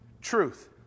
truth